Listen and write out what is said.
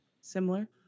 similar